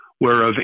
whereof